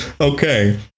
okay